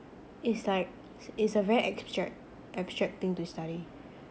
it's like it's a very abstract abstract thing to study